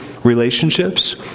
relationships